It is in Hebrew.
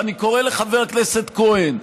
ואני קורא לחבר הכנסת כהן,